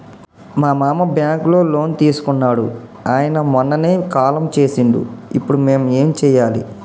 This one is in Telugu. మా మామ బ్యాంక్ లో లోన్ తీసుకున్నడు అయిన మొన్ననే కాలం చేసిండు ఇప్పుడు మేం ఏం చేయాలి?